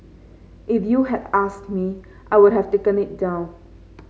if you had asked me I would have taken it down